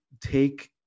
take